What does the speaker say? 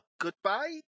Goodbye